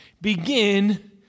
begin